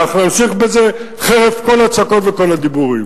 ואנחנו נמשיך בזה חרף כל הצעקות וכל הדיבורים.